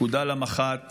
הפקודה למח"ט